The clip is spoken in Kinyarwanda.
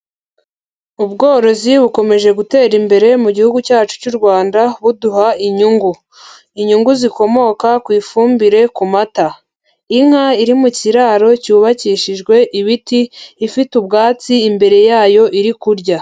Ubworozi bukomeje gutera imbere mu gihugu cyacu cy'u Rwanda buduha inyungu, inyungu zikomoka ku ifumbire, ku mata, inka iri mu kiraro cyubakishijwe ibiti ifite ubwatsi imbere yayo iri kurya.